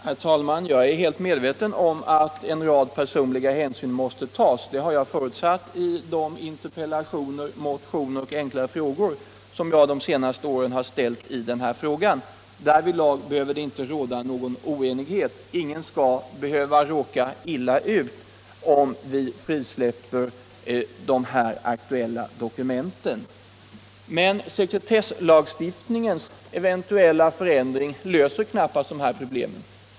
Herr talman! Jag är helt medveten om att en rad personliga hänsyn måste tas. Det har jag förutsatt i de interpellationer, motioner och enkla frågor där jag under de senaste åren behandlat den här saken. Därvidlag behöver det inte råda någon oenighet. Ingen skall behöva råka illa ut om vi frisläpper de aktuella dokumenten. Men sekretesslagstiftningens eventuella förändring löser knappast de här problemen.